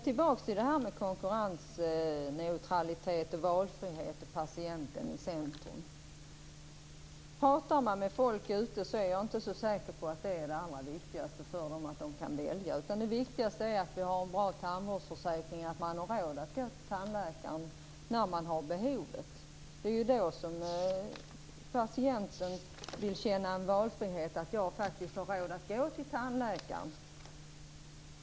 Tillbaka till konkurrensneutralitet, valfrihet och patienten i centrum. Efter att ha pratat med folk ute är jag inte så säker på att det är det allra viktigaste för dem att de kan välja. Det viktigaste är att vi har en bra tandvårdsförsäkring, att man har råd att gå till tandläkaren när man har behov av det. Det är då som patienten vill känna valfrihet, att jag faktiskt har råd att gå till tandläkaren.